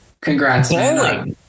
Congrats